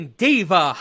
diva